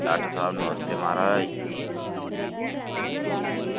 doctor साहब नमस्ते म्हाराज